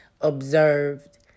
observed